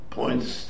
points